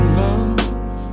love